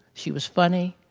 she was funny,